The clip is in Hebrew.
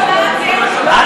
אבל,